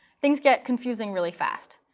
things get confusing really fast.